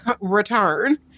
return